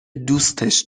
دوستش